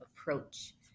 approach